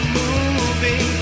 moving